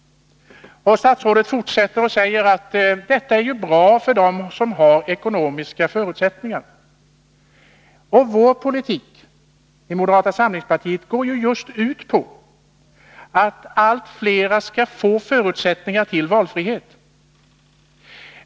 Statsrådet sade att det är bra för dem som har ekonomiska förutsättningar. Moderata samlingspartiets politik går ju ut på att allt flera skall få förutsättningar till valfrihet.